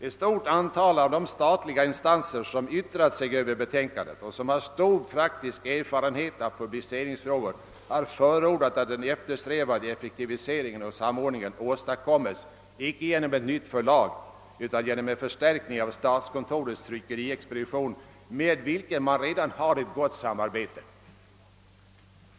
Ett stort antal av de statliga instanser som yttrat sig över betänkandet och som har stor praktisk erfarenhet av publiceringsfrågor har förordat, att den eftersträvade = effektiviseringen och samordningen åstadkommes inte genom ett nytt förlag utan genom en förstärkning av statskontorets tryckeriexpedition med vilken man redan har ett gott samarbete.